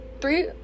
three